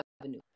avenue